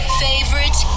favorite